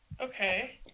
Okay